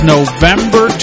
November